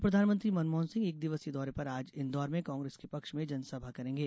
पूर्व प्रधानमंत्री मनमोहन सिंह एक दिवसीय दौरे पर आज इंदौर में कांग्रेस के पक्ष में जनसभा करेंगे